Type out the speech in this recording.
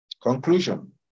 conclusion